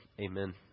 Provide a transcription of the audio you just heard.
amen